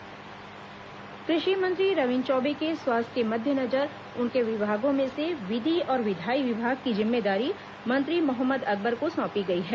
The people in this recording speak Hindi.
मंत्री प्रभार कृषि मंत्री रविन्द्र चौबे के स्वास्थ्य के मद्देनजर उनके विभागों में से विधि और विधायी विभाग की जिम्मेदारी मंत्री मोहम्मद अकबर को सौंपी गई है